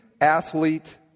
athlete